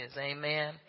Amen